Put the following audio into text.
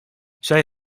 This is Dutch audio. zij